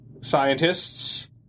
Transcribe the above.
scientists